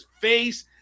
face